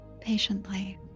patiently